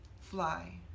fly